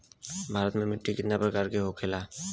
भारत में मिट्टी कितने प्रकार का होखे ला?